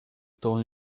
torno